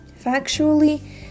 Factually